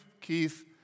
Keith